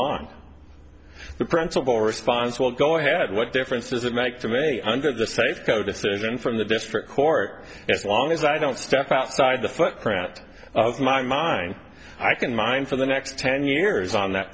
vong the principal response will go ahead what difference does it make to me under the safeco decision from the district court as long as i don't step outside the footprint of my mine i can mine for the next ten years on that